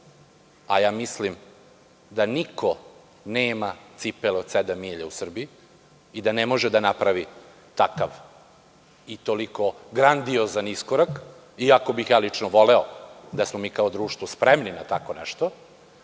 a ja mislim da niko nema cipele od sedam milja u Srbiji i da ne može da napravi takav i toliko grandiozan iskorak, iako bih ja lično voleo da smo mi kao društvo spremni na tako nešto,